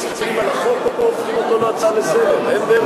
מצביעים על החוק או הופכים אותו להצעה לסדר-היום.